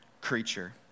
creature